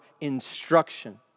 instruction